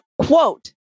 quote